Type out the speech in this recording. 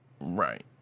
Right